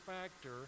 factor